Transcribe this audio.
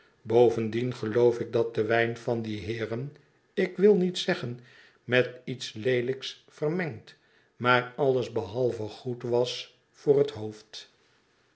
bovendien geloof ik dat de wijn van die heeren ik wil niet zeggen met iets leehjks vermengd maar alles behalve goed was voor het hoofd